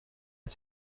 are